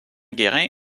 guérin